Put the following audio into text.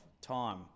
time